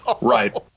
Right